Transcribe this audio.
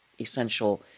essential